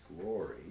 glory